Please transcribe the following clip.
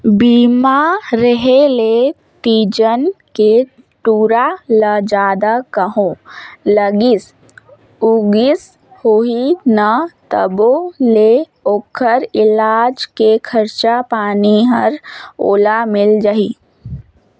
बीमा रेहे ले तीजन के टूरा ल जादा कहों लागिस उगिस होही न तभों ले ओखर इलाज के खरचा पानी हर ओला मिल जाही